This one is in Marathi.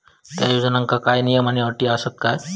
त्या योजनांका काय नियम आणि अटी आसत काय?